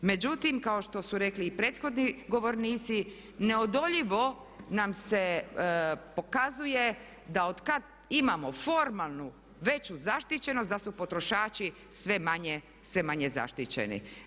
Međutim, kao što su rekli i prethodni govornici neodoljivo nam se pokazuje da otkad imamo formalnu veću zaštićenost da su potrošači sve manje zaštićeni.